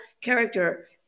character